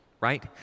right